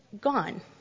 gone